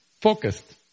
focused